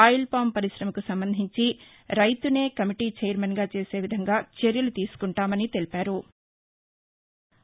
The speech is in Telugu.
ఆయిల్పామ్ పరిశమకు సంబంధించి రైతునే కమిటీ ఛైర్మన్గా చేసే విధంగా చర్యలు తీసుకుంటామని తెలిపారు